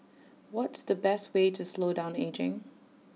what's the best way to slow down ageing